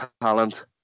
talent